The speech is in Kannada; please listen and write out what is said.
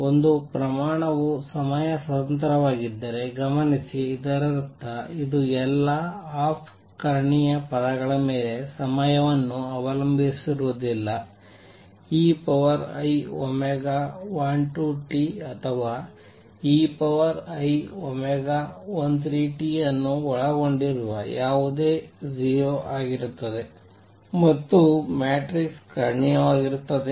ಒಂದು ಪ್ರಮಾಣವು ಸಮಯ ಸ್ವತಂತ್ರವಾಗಿದ್ದರೆ ಗಮನಿಸಿ ಇದರರ್ಥ ಇದು ಎಲ್ಲಾ ಆಫ್ ಕರ್ಣೀಯ ಪದಗಳ ಮೇಲೆ ಸಮಯವನ್ನು ಅವಲಂಬಿಸಿರುವುದಿಲ್ಲ ei12t ಅಥವಾ ei13t ಅನ್ನು ಒಳಗೊಂಡಿರುವ ಯಾವುದೂ 0 ಆಗಿರುತ್ತದೆ ಮತ್ತು ಮ್ಯಾಟ್ರಿಕ್ಸ್ ಕರ್ಣೀಯವಾಗಿರುತ್ತದೆ